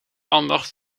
anders